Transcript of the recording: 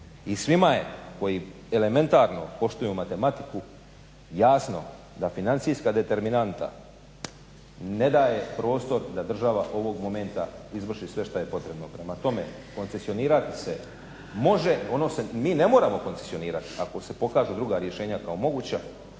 I svima je koji elementarnu poštuju matematiku jasno da financijska determinanta ne daje prostor da država ovog momenta izvrši sve što je potrebno. Prema tome, koncesionirati se može, mi ne moramo koncesionirati ako se pokažu druga rješenja kao moguća.